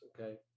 okay